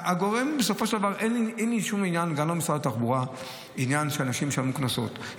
אין לי שום עניין שאנשים ישלמו קנסות,